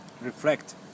reflect